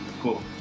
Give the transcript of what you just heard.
Cool